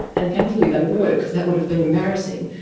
and thankfully they were because that would have been embarrassing.